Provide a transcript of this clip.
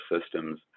systems